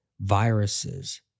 viruses